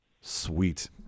Sweet